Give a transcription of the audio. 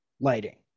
lighting